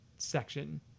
section